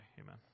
Amen